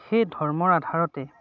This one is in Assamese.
সেই ধৰ্মৰ আধাৰতে